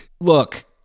Look